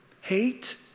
Hate